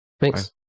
Thanks